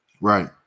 Right